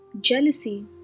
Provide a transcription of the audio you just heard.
jealousy